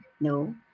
no